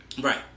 Right